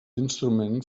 instrument